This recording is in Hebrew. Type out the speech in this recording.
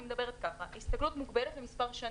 אני מדברת על הסתגלות מוגבלת למספר שנים.